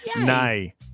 Nay